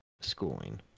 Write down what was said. schooling